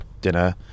dinner